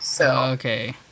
Okay